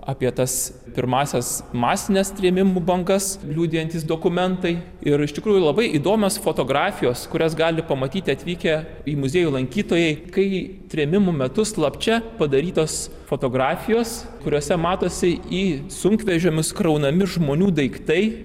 apie tas pirmąsias masines trėmimų bangas liudijantys dokumentai ir iš tikrųjų labai įdomios fotografijos kurias gali pamatyti atvykę į muziejų lankytojai kai trėmimų metu slapčia padarytos fotografijos kuriose matosi į sunkvežimius kraunami žmonių daiktai